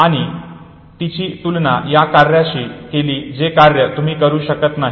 आणि तिची तुलना त्या कार्याशी केली जे कार्य तुम्ही करू शकत नाही